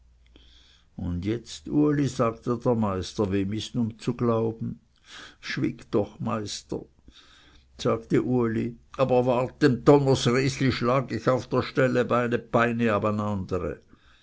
und jetzt uli sagte der meister wem ist nun zu glauben schwyg doch meister sagte uli aber wart dem donners resli schlag ich auf der stelle beide